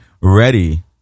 ready